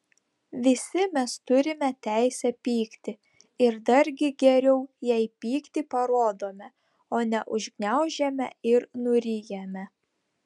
visi mes turime teisę pykti ir dargi geriau jei pyktį parodome o ne užgniaužiame ir nuryjame